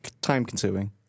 time-consuming